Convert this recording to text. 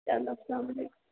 چلو السلامُ علیکُم